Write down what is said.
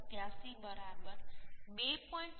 87 બરાબર 2